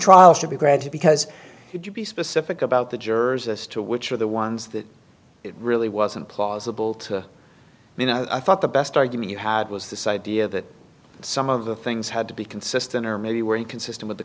trial should be granted because it would be specific about the jurors as to which are the ones that it really wasn't plausible to me i thought the best argument you had was this idea that some of the things had to be consistent or maybe were inconsistent with the